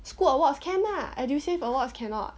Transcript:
school awards can lah Edusave awards cannot